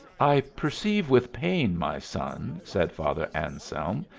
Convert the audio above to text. i perceive with pain, my son, said father anselm,